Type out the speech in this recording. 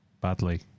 Badly